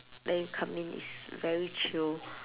then you come in it's very chill